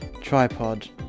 tripod